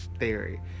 theory